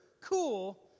cool